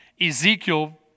Ezekiel